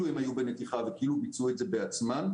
הם היו בנתיחה וכאילו ביצעו אותה בעצמם,